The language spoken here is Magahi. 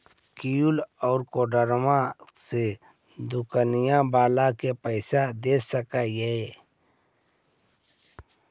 कियु.आर कोडबा से दुकनिया बाला के पैसा दे सक्रिय?